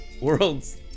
world's